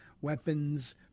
weapons